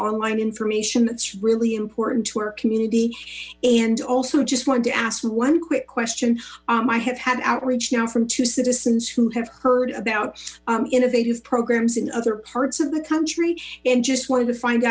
online information that's really important to our community and also just want to ask one quick question i have had outreach now from two citizens who have heard about innovative programs in other parts of the country and just wanted to find